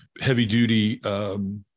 heavy-duty